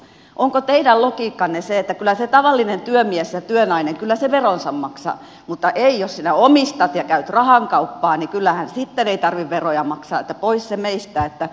onko teidän logiikkanne se että kyllä se tavallinen työmies ja työnainen veronsa maksaa mutta eihän jos sinä omistat ja käyt rahankauppaa sitten tarvitse veroja maksaa että pois se meistä